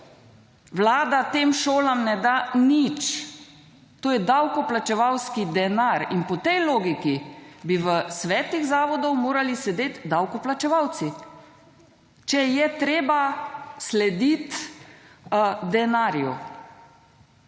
Vlada tem šolam ne da nič, to je davkoplačevalski denar in po tej logiki bi v svetih zavodov morali sedeti davkoplačevalci. Če je treba slediti denarju.